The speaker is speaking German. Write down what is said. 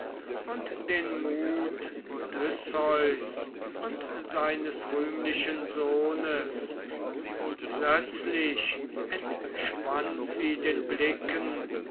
und den mut odysseus und seines rühmlichen sohnes plötzlich entschwand sie den blicken